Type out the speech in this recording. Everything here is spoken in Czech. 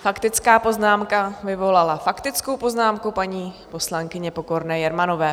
Faktická poznámka vyvolala faktickou poznámku paní poslankyně Pokorné Jermanové.